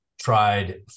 tried